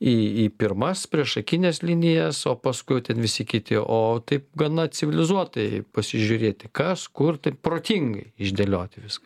į į pirmas priešakines linijas o paskui jau ten visi kiti o taip gana civilizuotai pasižiūrėti kas kur taip protingai išdėlioti viską